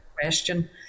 question